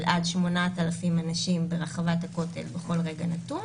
עד 8,000 אנשים ברחבת הכותל בכל רגע נתון,